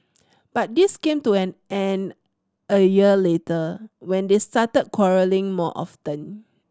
but this came to an end a year later when they started quarrelling more often